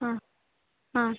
ಆಂ ಹಾಂ